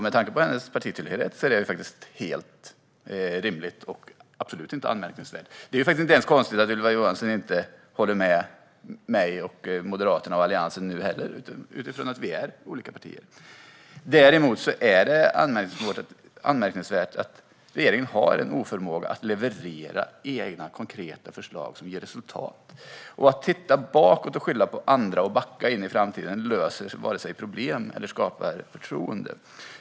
Med tanke på hennes partitillhörighet är detta faktiskt helt rimligt och absolut inte anmärkningsvärt. Det är inte ens konstigt att Ylva Johansson inte heller nu håller med mig, Moderaterna och Alliansen. Vi är ju trots allt olika partier. Däremot är det anmärkningsvärt att regeringen har en oförmåga att leverera egna konkreta förslag som ger resultat. Att titta bakåt, skylla på andra och backa in i framtiden löser inga problem och skapar heller inget förtroende.